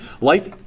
Life